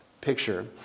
picture